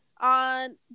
on